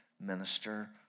minister